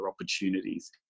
opportunities